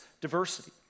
diversity